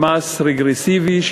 במס רגרסיבי,